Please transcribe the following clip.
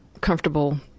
comfortable